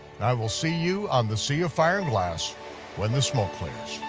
and i will see you on the sea of fire and glass when the smoke clears.